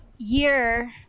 Year